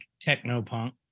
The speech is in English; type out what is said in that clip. techno-punk